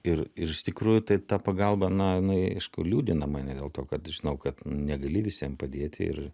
ir ir iš tikrųjų tai ta pagalba na jinai aišku liūdina mane dėl to kad žinau kad negali visiem padėti ir